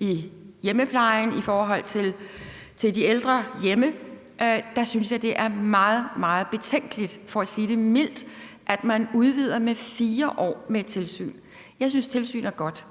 i hjemmeplejen i forhold til de ældre, der bor hjemme, er meget, meget betænkeligt for at sige det mildt, altså at man udvider med 4 år til et tilsyn. Jeg synes, tilsyn er godt,